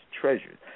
treasures